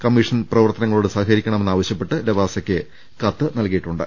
കമ്മീഷന്റെ പ്രവർത്തനങ്ങളോട് സഹകരി ക്കണമെന്ന് ആവശ്യപ്പെട്ട് ലവാസക്ക് കത്ത് നൽകിയിട്ടുമുണ്ട്